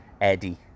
eddie